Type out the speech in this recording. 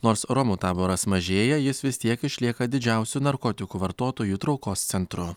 nors romų taboras mažėja jis vis tiek išlieka didžiausiu narkotikų vartotojų traukos centru